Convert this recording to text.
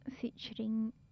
featuring